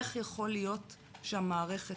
איך יכול להיות שהמערכת